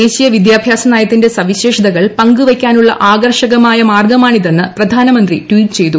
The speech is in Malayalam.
ദേശീയ വിദ്യാഭ്യാസ നയത്തിന്റെ സവിശേഷതകൾ പങ്കുവയ്ക്കാനുള്ള ആകർഷകമായ മാർഗ്ഗമാണിതെന്ന് പ്രധാനമന്ത്രി ട്വീറ്റ് ചെയ്തു